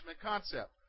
concept